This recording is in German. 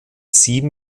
sieben